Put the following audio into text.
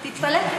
תתפלא.